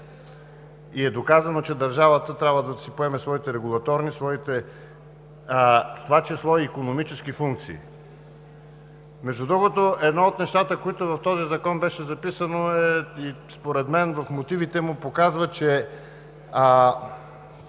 И е доказано, че държавата трябва да си поеме своите регулаторни, в това число своите икономически функции. Между другото, едно от нещата, в този закон беше записано и според мен в мотивите му, показва, че